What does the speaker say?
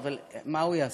אבל מה הוא יעשה?